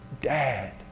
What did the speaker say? dad